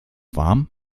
warm